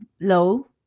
low